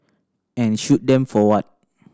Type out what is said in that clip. and shoot them for what